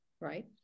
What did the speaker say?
right